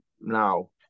Now